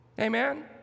amen